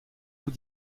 vous